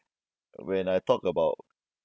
when I talk about